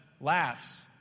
laughs